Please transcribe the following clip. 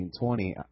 1920